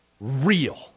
real